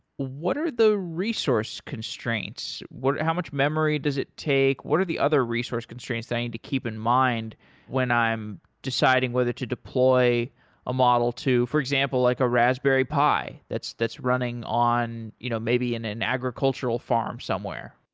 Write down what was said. what are the resource constraints? how much memory does it take? what are the other resource constraints that i need to keep in mind when i am deciding whether to deploy a model to for example, like a raspberry pi that's that's running on you know maybe in an agricultural farm somewhere?